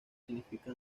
significa